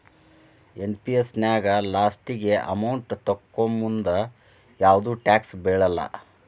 NPS ನ್ಯಾಗ ಲಾಸ್ಟಿಗಿ amount ತೊಕ್ಕೋಮುಂದ ಯಾವ್ದು ಟ್ಯಾಕ್ಸ್ ಬೇಳಲ್ಲ